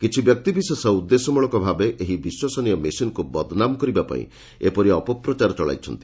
କିଛି ବ୍ୟକ୍ତିବିଶେଷ ଉଦ୍ଦେଶ୍ୟମଳକ ଭାବେ ଏହି ବିଶ୍ୱସନୀୟ ମେସିନ୍କୁ ବଦନାମ କରିବା ପାଇଁ ଏପରି ଅପପ୍ରଚାର ଚଳାଇଛନ୍ତି